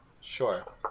Sure